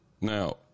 Now